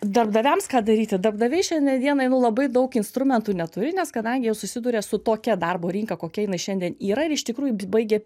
darbdaviams ką daryti darbdaviai šiandien dienai nu labai daug instrumentų neturi nes kadangi jie susiduria su tokia darbo rinka kokia jinai šiandien yra ir iš tikrųjų baigia